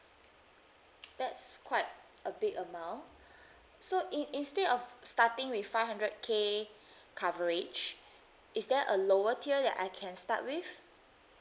that's quite a big amount so in~ instead of starting with five hundred K coverage is there a lower tier that I can start with